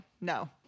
no